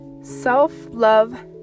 Self-love